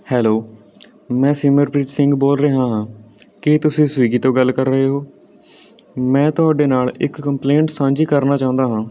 hello ਮੈਂ ਸਿਮਰਪ੍ਰੀਤ ਸਿੰਘ ਬੋਲ ਰਿਹਾ ਹਾਂ ਕੀ ਤੁਸੀਂ ਸਵੀਗੀ ਤੋਂ ਗੱਲ ਕਰ ਰਹੇ ਹੋ ਮੈਂ ਤੁਹਾਡੇ ਨਾਲ ਇੱਕ ਕੰਪਲੇਂਟ ਸਾਂਝੀ ਕਰਨਾ ਚਾਹੁੰਦਾ ਹਾਂ